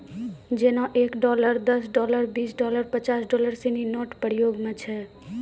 जेना एक डॉलर दस डॉलर बीस डॉलर पचास डॉलर सिनी नोट प्रयोग म छै